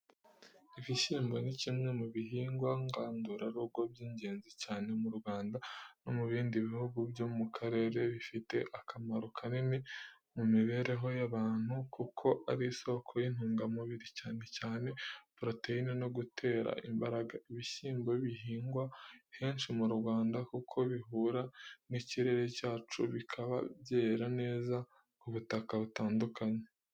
Ibishyimbo ni kimwe mu bihingwa ngandurarugo by’ingenzi cyane mu Rwanda no mu bindi bihugu byo mu karere. Bifite akamaro kanini mu mibereho y’abantu kuko ari isoko y’intungamubiri cyane cyane poroteyine no gutera imbaraga. Ibishyimbo bihingwa henshi mu Rwanda kuko bihura n’ikirere cyacu, bikaba byera neza ku butaka butandukanye.